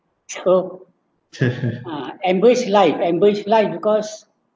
ah embrace life embrace life because